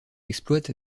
exploite